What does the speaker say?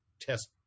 test